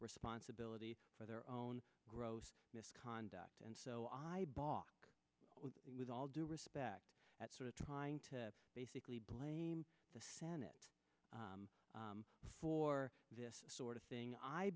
responsibility for their own gross misconduct and so i bought with all due respect that sort of trying to basically blame the senate for this sort of thing i